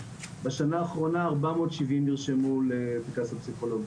שבשנה האחרונה 470 נרשמו בפנקס הפסיכולוגים.